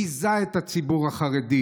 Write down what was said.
ביזה את הציבור החרדי?